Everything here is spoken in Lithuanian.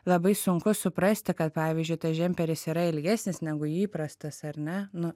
labai sunku suprasti kad pavyzdžiui tas džemperis yra ilgesnis negu įprastas ar ne nu